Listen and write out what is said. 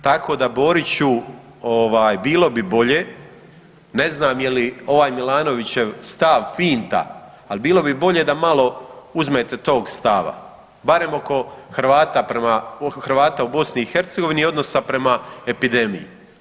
Tako da Boriću ovaj bilo bi bolje, ne znam je li ovaj Milanovićev stav finta, ali bilo bi bolje da malo uzmete tog stava barem oko Hrvata prema, Hrvata u BiH i odnosa prema epidemiji.